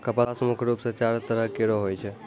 कपास मुख्य रूप सें चार तरह केरो होय छै